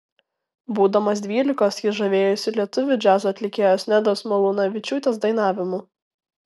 būdamas dvylikos jis žavėjosi lietuvių džiazo atlikėjos nedos malūnavičiūtės dainavimu